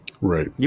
Right